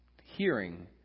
hearing